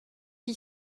qui